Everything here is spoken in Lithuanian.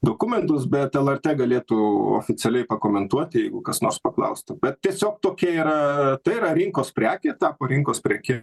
dokumentus bet lrt galėtų oficialiai pakomentuoti jeigu kas nors paklaustų bet tiesiog tokia yra tai yra rinkos prekė tapo rinkos preke